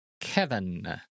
Kevin